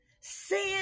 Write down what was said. sin